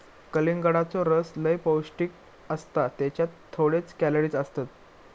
कलिंगडाचो रस लय पौंष्टिक असता त्येच्यात थोडेच कॅलरीज असतत